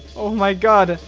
oh my god.